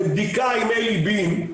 בבדיקה עם אלי בין,